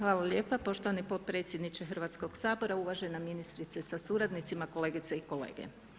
Hvala lijepo poštovani potpredsjedniče Hrvatskog sabora, uvažena ministrice sa suradnicima, kolegice i kolege.